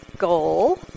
goal